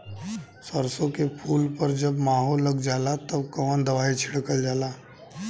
सरसो के फूल पर जब माहो लग जाला तब कवन दवाई छिड़कल जाला?